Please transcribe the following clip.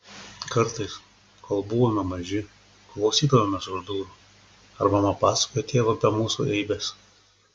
kartais kol buvome maži klausydavomės už durų ar mama pasakoja tėvui apie mūsų eibes